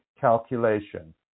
calculation